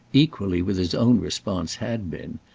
equally with his own response, had been,